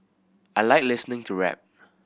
I like listening to rap